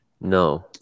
no